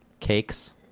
cakes